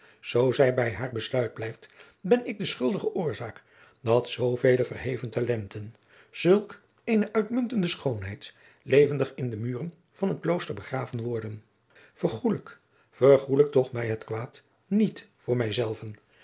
zoo zij bij haar besluit blijft ben ik de schuldige oorzaak dat zoovele verheven talenten zulk eene uitmuntende schoonheid levendig in de muren van een klooster begraven worden vergoelijk vergoelijk toch mij het kwaad niet voor mij